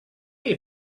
they